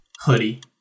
Hoodie